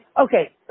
Okay